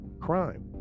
crime